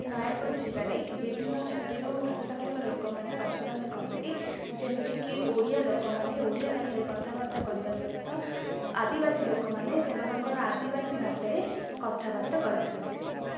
ନୟାଗଡ଼ ଜିଲ୍ଲାରେ ବିଭିନ୍ନ ଜାତିର ଭାଷାଗତ ଲୋକ ମାନେ ବସବାସ କରନ୍ତି ଯେମତିକି ଓଡ଼ିଆ ଲୋକ ମାନେ ଓଡ଼ିଆ ଭାଷାରେ କଥାବାର୍ତ୍ତା କରିବା ସହିତ ଆଦିବାସୀ ଲୋକମାନେ ସେମାନଙ୍କର ଆଦିବାସୀ ଭାଷାରେ କଥାବାର୍ତ୍ତା କରିଥାନ୍ତି